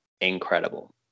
Incredible